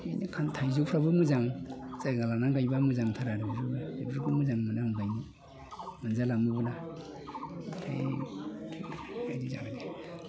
बिदिनो थाइजौफ्राबो मोजां जायगा गायनानै लाबा मोजां मोनो आं गायनो मोनजालाङोबोना ओमफ्राय दे दे जाबाय दे